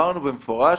אמרנו במפורש,